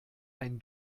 ein